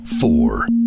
four